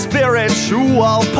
Spiritual